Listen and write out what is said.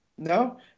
No